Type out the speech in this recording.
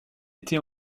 était